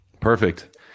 Perfect